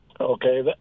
Okay